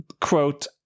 quote